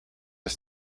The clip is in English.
was